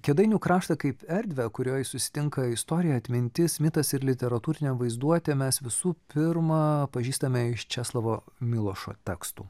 kėdainių kraštą kaip erdvę kurioj susitinka istorija atmintis mitas ir literatūrinė vaizduotė mes visų pirma pažįstame iš česlovo milošo tekstų